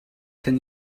can